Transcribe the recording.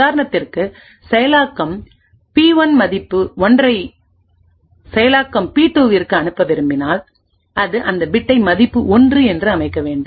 உதாரணத்திற்கு செயலாக்கம் பி 1மதிப்பு ஒன்றை செயலாக்கம் பி 2விற்கு அனுப்ப விரும்பினால்அது அந்த பிட்டை மதிப்பை ஒன்று என்று அமைக்க வேண்டும்